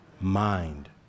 mind